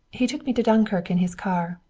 he took me to dunkirk in his car.